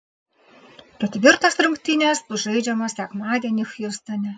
ketvirtos rungtynės bus žaidžiamos sekmadienį hjustone